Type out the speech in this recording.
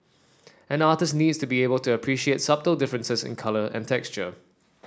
an artist needs to be able to appreciate subtle differences in colour and texture